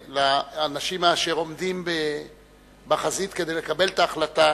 ולאנשים אשר עומדים בחזית כדי לקבל את ההחלטה,